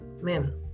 men